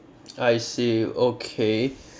I see okay